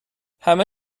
همه